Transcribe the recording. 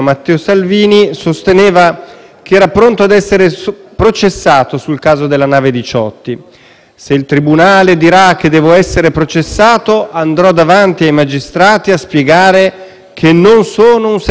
«Se il tribunale dirà che devo essere processato andrò davanti ai magistrati a spiegare che non sono un sequestratore. Voglio proprio vedere come va a finire», diceva allora il Vice Presidente del Consiglio.